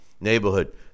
Neighborhood